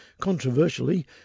controversially